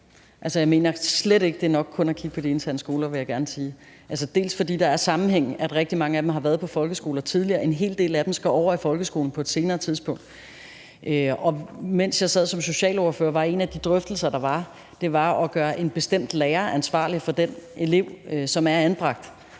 slet ikke, det er nok kun at kigge på de interne skoler, vil jeg gerne sige, også fordi der er en sammenhæng. Rigtig mange af dem har været på folkeskoler tidligere, og en hel del af dem skal over i folkeskolen på et senere tidspunkt. Mens jeg sad som socialordfører, var en af de drøftelser, der var, at gøre en bestemt lærer ansvarlig for den elev, som er anbragt.